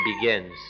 begins